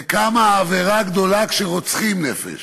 וכמה גדולה העבירה כשרוצחים נפש.